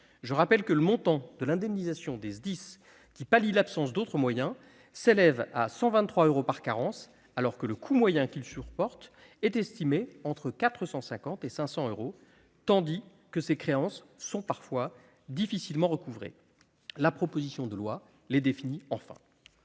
Je rappelle que le montant de l'indemnisation des SDIS, qui pallient l'absence d'autres moyens, s'élève à 123 euros par carence alors que le coût moyen qu'ils supportent est estimé entre 450 et 500 euros, tandis que ces créances sont parfois difficilement recouvrées. La proposition de loi les définit enfin.